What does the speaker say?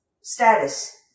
Status